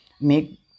make